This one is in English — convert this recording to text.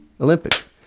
Olympics